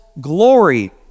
glory